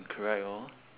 correct hor